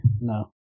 no